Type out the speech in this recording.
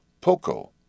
Poco